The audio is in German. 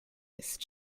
ist